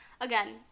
again